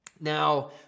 Now